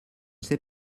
sais